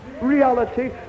reality